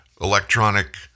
electronic